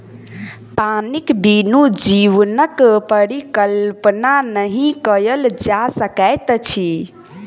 पानिक बिनु जीवनक परिकल्पना नहि कयल जा सकैत अछि